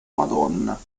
madonna